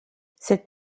cette